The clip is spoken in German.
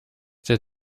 der